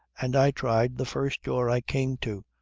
and i tried the first door i came to,